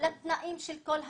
לתנאים של הקול קורא?